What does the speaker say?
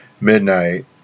midnight